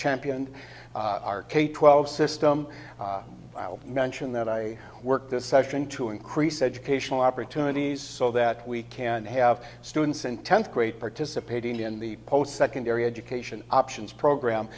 championed our k twelve system i'll mention that i work this session to increase educational opportunities so that we can have students in tenth grade participating in the post secondary education options program